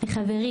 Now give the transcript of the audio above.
לחברי,